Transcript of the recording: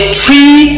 tree